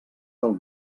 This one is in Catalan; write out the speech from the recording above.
pel